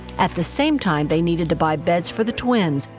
at the same time, they needed to buy beds for the twins,